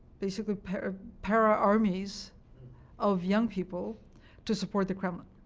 basically para-armies of young people to support the kremlin.